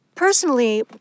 Personally